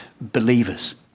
believers